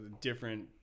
different